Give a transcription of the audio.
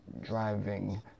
driving